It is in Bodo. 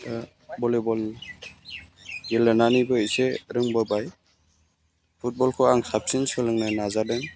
भलिबल गेलेनानैबो इसे रोंबोबाय फुटबलखौ आं साबसिन सोलोंनो नाजादों